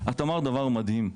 את אמרת דבר מדהים,